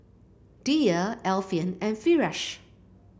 Dhia Alfian and Firash